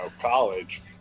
college